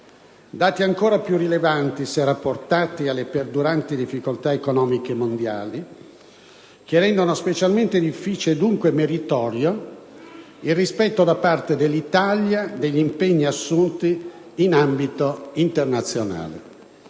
dati ancora più rilevanti se rapportati alle perduranti difficoltà economiche mondiali, che rendono specialmente difficile, e dunque meritorio, il rispetto da parte dell'Italia degli impegni assunti in ambito internazionale.